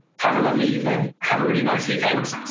have a lovely evening, have a really nice weekend.